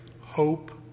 hope